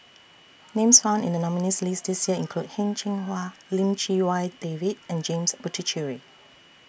Names found in The nominees' list This Year include Heng Cheng Hwa Lim Chee Wai David and James Puthucheary